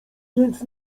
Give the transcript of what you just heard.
więc